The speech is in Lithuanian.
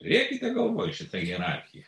turėkite galvoj šitą hierarchiją